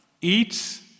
eats